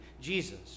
Jesus